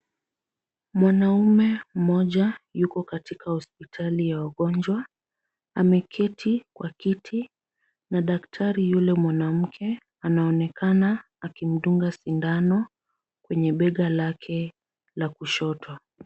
Mwanaume mmoja yuko katika hospitali ya wagonjwa. Ameketi kwa kiti na daktari yule mwanamke anaonekana akimdunga sindano kwenye bega lake la kushoto.